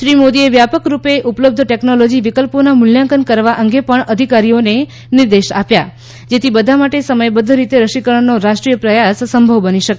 શ્રી મોદીએ વ્યાપક રૂપે ઉપલબ્ધ ટેકનોલોજી વિકલ્પોના મુલ્યાંકન કરવા અંગે પણ અધિકારીઓને નિર્દેશ આપ્યા જેથી બધા માટે સમયબધ્ધ રીતે રસીકરણનો રાષ્ટ્રીય પ્રયાસ સંભવ બની શકે